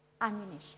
Ammunition